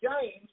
James